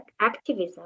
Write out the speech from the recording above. activism